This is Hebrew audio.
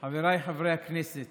חבריי חברי הכנסת,